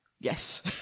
Yes